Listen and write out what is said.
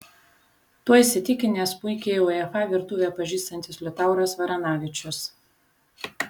tuo įsitikinęs puikiai uefa virtuvę pažįstantis liutauras varanavičius